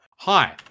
Hi